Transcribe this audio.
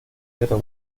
guerra